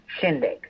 shindig